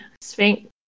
Sphinx